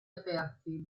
aperti